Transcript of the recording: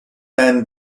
men